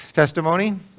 testimony